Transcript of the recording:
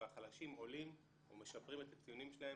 החלשים עולים ומשפרים את הציונים שלהם